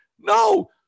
No